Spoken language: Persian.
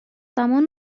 زمان